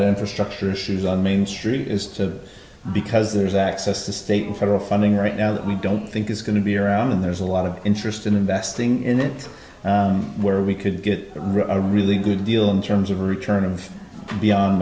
infrastructure issues on main street is to because there's access state and federal funding right now that we don't think is going to be around and there's a lot of interest in investing in it where we could get really good deal in terms of return of beyond